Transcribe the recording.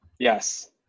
Yes